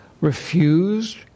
refused